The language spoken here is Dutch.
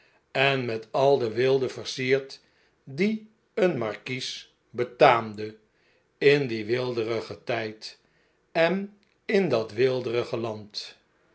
en met al de weelde versierd die een markies betaamde in dien weelderigen tjjd en in dat weelderige land